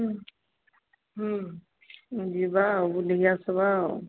ଯିବା ଆଉ ବୁଲିକି ଆସବା ଆଉ